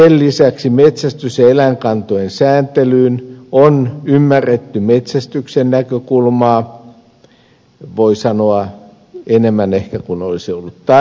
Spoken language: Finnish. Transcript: sen lisäksi metsästys ja eläinkantojen sääntelyssä on ymmärretty metsästyksen näkökulmaa voi sanoa ehkä enemmän kuin olisi ollut tarpeen